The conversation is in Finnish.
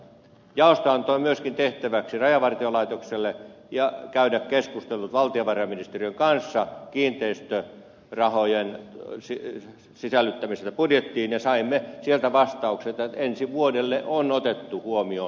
jaosto antoi myöskin tehtäväksi rajavartiolaitokselle käydä keskustelut valtiovarainministeriön kanssa kiinteistörahojen sisällyttämisestä budjettiin ja saimme sieltä vastauksen että ensi vuodelle ne on otettu huomioon